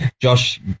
Josh